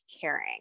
caring